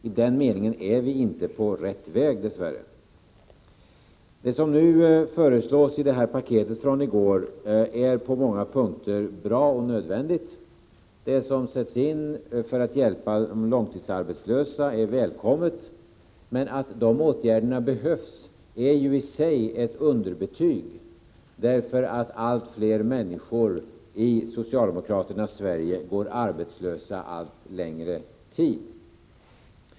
I den meningen är vi dess värre inte på rätt väg. Det som föreslås i paketet från i går är på många punkter bra och nödvändigt. De åtgärder som sätts in för att hjälpa långtidsarbetslösa är välkomna, men att dessa behövs är i sig ett underbetyg, därför att alit fler människor i socialdemokraternas Sverige går arbetslösa under allt längre tid.